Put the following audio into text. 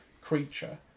creature